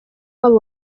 wabo